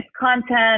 content